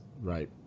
Right